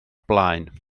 blaen